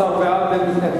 סעיף 1 נתקבל.